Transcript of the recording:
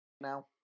now